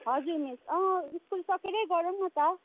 हजुर miss school सकेरै गरौँ न त